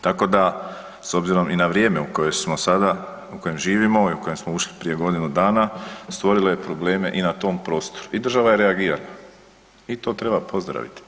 Tako da, s obzirom i na vrijeme u kojem smo sada u kojem živimo i u kojem smo ušli prije godinu dana, stvorile je probleme i na tom prostoru i država je reagirala i to treba pozdraviti.